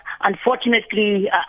Unfortunately